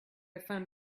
found